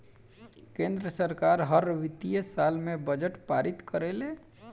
केंद्र सरकार हर वित्तीय साल में बजट पारित करेले